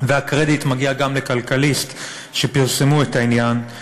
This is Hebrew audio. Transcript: והקרדיט מגיע גם ל"כלכליסט" שפרסמו את העניין: